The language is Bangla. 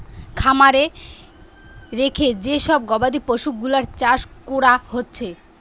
খামারে রেখে যে সব গবাদি পশুগুলার চাষ কোরা হচ্ছে